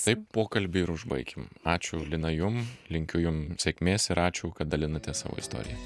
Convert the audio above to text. taip pokalbį ir užbaikim ačiū lina jum linkiu jum sėkmės ir ačiū kad dalinatės savo istorija